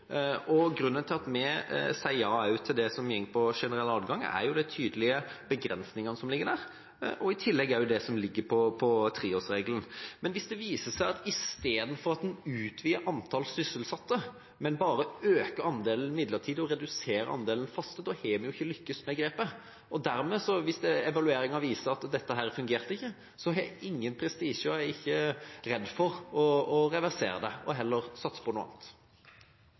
reduksjon. Grunnen til at vi sier ja også til det som går på generell adgang, er de tydelige begrensningene som ligger der, og i tillegg det som ligger i treårsregelen. Men hvis det viser seg at man istedenfor å utvide antall sysselsatte bare øker andelen midlertidige og reduserer andelen faste, har vi ikke lyktes med grepet. Hvis evalueringa dermed viser at dette ikke fungerte, har jeg ingen prestisje på det, og jeg er ikke redd for å reversere det og heller satse på noe annet.